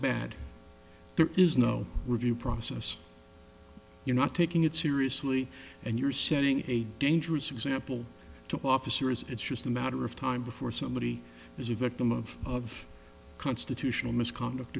bad there is no review process you're not taking it seriously and you're setting a dangerous example to officers it's just a matter of time before somebody is a victim of of constitutional misconduct